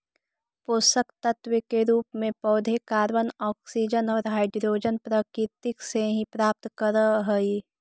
पोषकतत्व के रूप में पौधे कॉर्बन, ऑक्सीजन और हाइड्रोजन प्रकृति से ही प्राप्त करअ हई